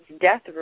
death